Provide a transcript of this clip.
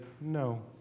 no